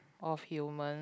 of human